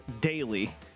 daily